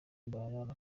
mbarara